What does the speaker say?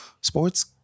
sports